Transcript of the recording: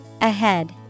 Ahead